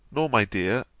nor, my dear,